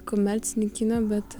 komercinį kiną bet